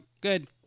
Good